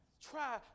Try